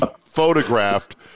photographed